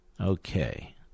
Okay